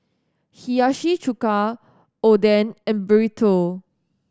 Hiyashi Chuka Oden and Burrito